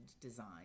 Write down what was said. design